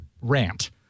rant